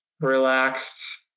relaxed